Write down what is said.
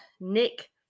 Nick